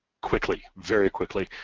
quickly, very quickly.